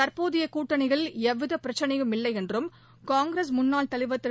தற்போதைய கூட்டணியில் எவ்வித பிரச்னையும் இல்லை என்றும் காங்கிரஸ் முன்னாள் தலைவர் திரு